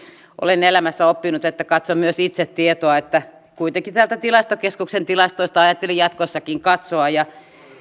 olen elämässä oppinut että katson myös itse tietoa kuitenkin täältä tilastokeskuksen tilastoista ajattelin jatkossakin katsoa